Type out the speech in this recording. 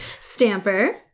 Stamper